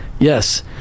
Yes